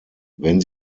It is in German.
wenn